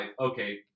okay